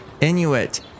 Inuit